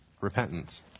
Repentance